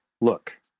look